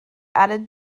added